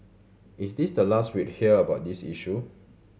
is this the last we'd hear about this issue